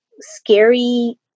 scary